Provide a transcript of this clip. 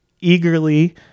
eagerly